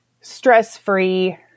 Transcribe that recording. stress-free